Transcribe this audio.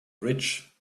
rich